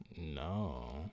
No